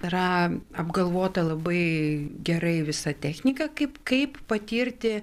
yra apgalvota labai gerai visa technika kaip kaip patirti